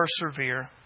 persevere